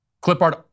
clipboard